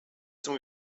zum